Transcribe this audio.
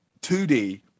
2D